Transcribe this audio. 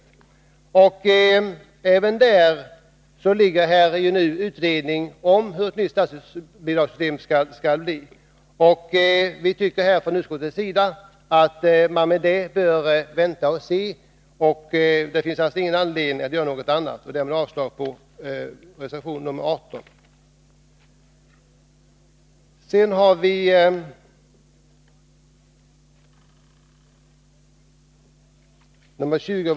Även här hänvisar utskottet till att det pågår en utredning om ett nytt statsbidragssystem. Utskottet anser därför att man bör avvakta utredningsresultatet och yrkar avslag på motionskraven i fråga.